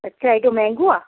अच्छा हेॾो महांगो आहे